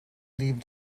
leave